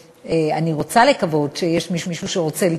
רוצה לקוות שיש מישהו שרוצה לתרום,